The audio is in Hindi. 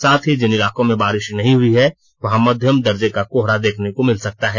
साथ ही जिन इलाकों में बारिश नहीं हुई है वहां मध्यम दर्जे का कोहरा देखने को मिल सकता है